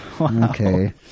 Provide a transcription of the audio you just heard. Okay